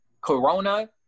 Corona